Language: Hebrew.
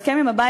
אז הרעים,